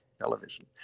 television